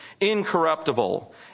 incorruptible